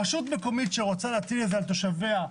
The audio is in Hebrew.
רשות מקומית שרוצה להטיל את זה על תושביה,